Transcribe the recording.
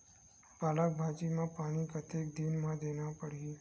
पालक भाजी म पानी कतेक दिन म देला पढ़ही?